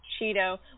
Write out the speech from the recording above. Cheeto